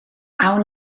awn